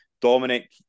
Dominic